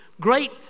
great